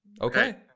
okay